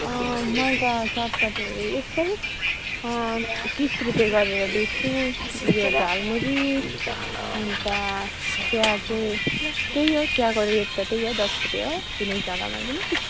मैले त चटपटेहरू यस्तै तिस रुपियाँ गरेर बेच्छु ऊ यो झालमुरी अन्त चिया चाहिँ त्यही हो चियाको रेट त त्यही हो दस रुपियाँ हो जुनै जग्गामा पनि